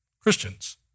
Christians